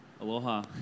Aloha